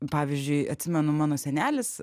pavyzdžiui atsimenu mano senelis